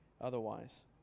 otherwise